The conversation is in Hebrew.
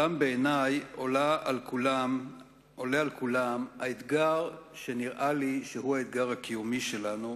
אולם בעיני עולה על כולם האתגר שנראה לי שהוא האתגר הקיומי שלנו,